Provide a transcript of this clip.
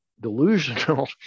delusional